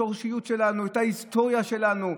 את השורשיות שלנו,